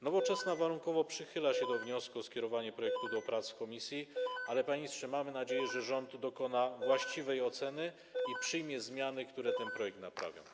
Nowoczesna warunkowo przychyla się do wniosku o skierowanie projektu do prac w komisji, ale, panie ministrze, mamy nadzieję, że rząd dokona właściwej oceny i przyjmie zmiany, które ten projekt naprawią.